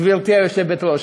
גברתי היושבת-ראש,